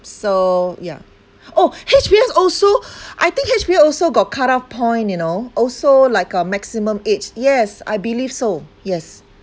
so ya oh H_P_S also I think H_P_S also got cut-off point you know also like a maximum age yes I believe so yes